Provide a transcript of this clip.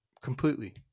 completely